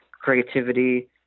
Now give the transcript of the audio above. creativity